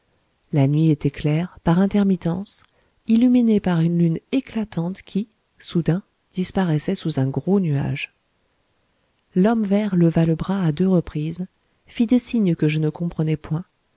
la nuit était claire par intermittences illuminée par une lune éclatante qui soudain disparaissait sous un gros nuage l'homme vert leva le bras à deux reprises fit des signes que je ne comprenais point